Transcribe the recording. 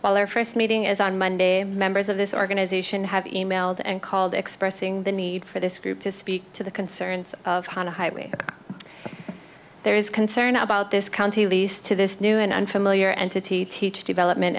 their first meeting as on monday members of this organization have emailed and called expressing the need for this group to speak to the concerns of highway there is concern about this county lease to this new and unfamiliar entity teach development